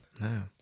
No